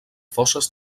fosses